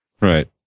right